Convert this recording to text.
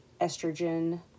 estrogen